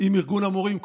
עם ארגון המורים,